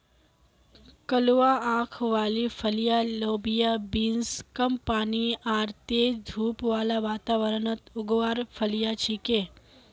कलवा आंख वाली फलियाँ लोबिया बींस कम पानी आर तेज धूप बाला वातावरणत उगवार फलियां छिके